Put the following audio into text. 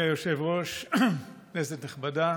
אדוני היושב-ראש, כנסת נכבדה,